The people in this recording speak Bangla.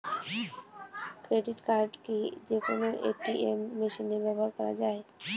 ক্রেডিট কার্ড কি যে কোনো এ.টি.এম মেশিনে ব্যবহার করা য়ায়?